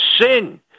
sin